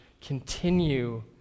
Continue